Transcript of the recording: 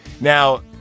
Now